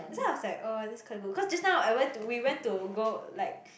that's why I was like oh this quite good cause just now I went to we went to go like